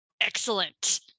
Excellent